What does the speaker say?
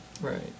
Right